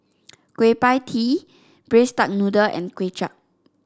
Kueh Pie Tee Braised Duck Noodle and Kuay Chap